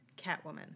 Catwoman